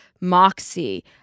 moxie